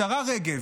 השרה רגב,